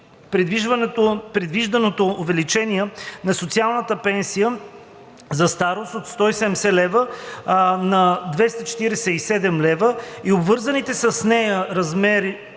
предвижданото увеличение на социалната пенсия за старост от 170 лв. на 247 лв. и обвързаните с нея размери